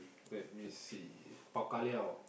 let me see bao ka liao